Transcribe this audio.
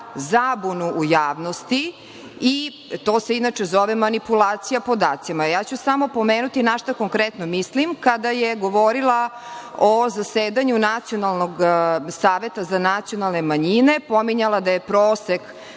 zabunu u javnosti i to se inače zove manipulacija podacima. Samo ću pomenuti našta konkretno mislim, kada je govorila o zasedanju Nacionalnog saveta za nacionalne manjine. Pominjala da je prosek